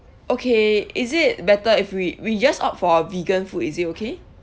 okay is it better if we we just opt for vegan food is it okay